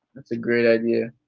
that's a great idea.